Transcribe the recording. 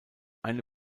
eine